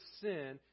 sin